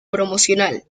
promocional